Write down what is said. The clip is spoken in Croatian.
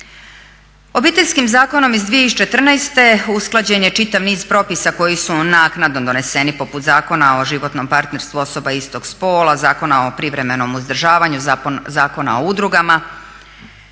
Obiteljskim zakonom iz 2014. usklađen je čitav niz propisa koji su naknadno doneseni, poput Zakona o životnom partnerstvu osoba istog spola, Zakona o privremenom uzdržavanju, Zakona o udrugama